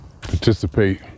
participate